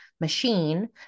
machine